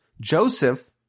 Joseph